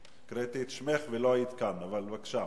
הקראתי את שמך ולא היית כאן, אבל בבקשה.